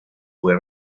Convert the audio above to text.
fue